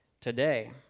today